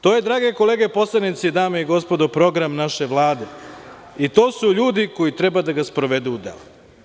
To je, drage kolege poslanici, dame i gospodo, program naše Vlade i to su ljudi koji treba da ga sprovedu u delo.